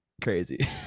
crazy